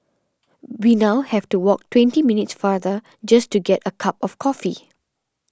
we now have to walk twenty minutes farther just to get a cup of coffee